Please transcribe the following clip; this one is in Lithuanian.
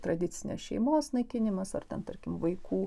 tradicinės šeimos naikinimas ar ten tarkim vaikų